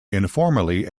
informally